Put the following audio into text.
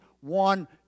one